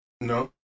No